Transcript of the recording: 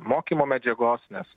mokymo medžiagos nes